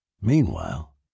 Meanwhile